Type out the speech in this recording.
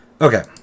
okay